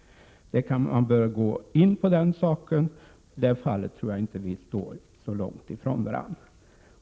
Man kanske bör gå in på den saken. I det fallet tror jag inte att vi står så långt ifrån varandra.